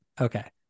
Okay